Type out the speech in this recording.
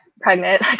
pregnant